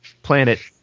planet